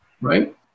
right